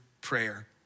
prayer